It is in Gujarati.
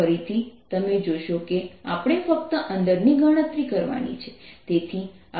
ItI0αt ફરીથી તમે જોશો કે આપણે ફક્ત અંદરની ગણતરી કરવાની છે તેથી આપણે rR મૂકીશું